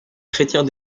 chrétien